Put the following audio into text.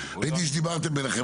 ראיתי שדיברתם ביניכם.